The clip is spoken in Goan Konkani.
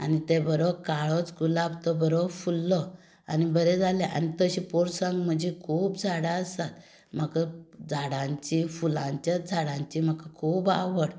आनी ते बरोच काळोच गुलाब तो बरो फुल्लो आनी बरें जालें आनी तशें पोरसांत म्हज्या तशीं खूब झाडां आसात म्हाका झाडांची फुलांच्या झाडांची म्हाका खूब आवड